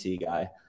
guy